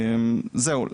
זהו,